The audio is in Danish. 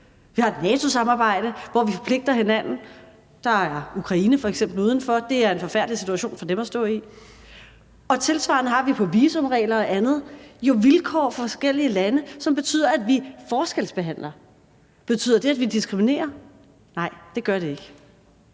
Vi har et NATO-samarbejde, hvor vi forpligter hinanden. Der står f.eks. Ukraine udenfor. Det er en forfærdelig situation for dem at stå i. Tilsvarende har vi for visumregler og andet jo vilkår for forskellige lande, som betyder, at vi forskelsbehandler. Betyder det, at vi diskriminerer? Nej, det gør det ikke.